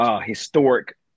historic